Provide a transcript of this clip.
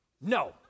no